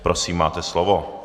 Prosím máte slovo.